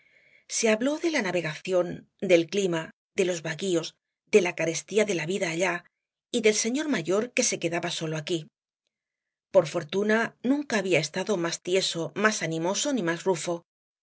se habló de la navegación del clima de los baguíos de la carestía de la vida allá y del señor mayor que se quedaba solo aquí por fortuna nunca había estado más tieso más animoso ni más rufo aun